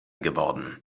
geworden